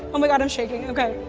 oh my god, i'm shaking, okay.